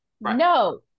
No